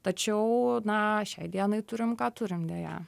tačiau na šiai dienai turim ką turim deja